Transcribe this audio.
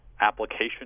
application